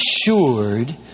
assured